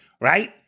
right